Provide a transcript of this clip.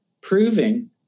proving